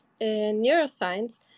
neuroscience